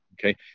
Okay